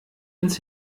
ins